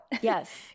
Yes